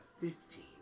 fifteen